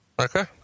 Okay